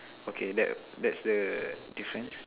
okay that that's the difference